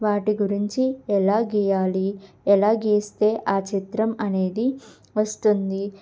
వాటి గురించి ఎలా గీయాలి ఎలా గీస్తే ఆ చిత్రం అనేది వస్తుంది